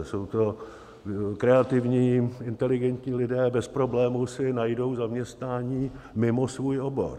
Jsou to kreativní inteligentní lidé, bez problémů si najdou zaměstnání mimo svůj obor.